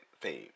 fame